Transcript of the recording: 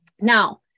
Now